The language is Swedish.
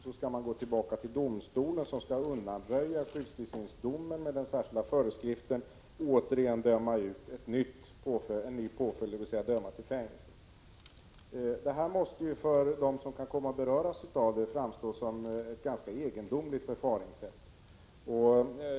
Man skall gå tillbaka till domstolen, som skall undanröja skyddstillsynsdomen med den särskilda föreskriften och återigen döma ut en ny påföljd, dvs. döma till fängelse. Detta måste för dem som kan komma att Prot. 1986/87:130 beröras av det framstå som ett ganska egendomligt förfaringssätt.